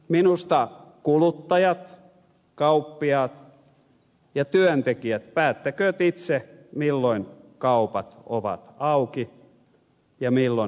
minusta kuluttajat kauppiaat ja työntekijät päättäkööt itse milloin kaupat ovat auki ja milloin ne ovat kiinni